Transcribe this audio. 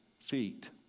feet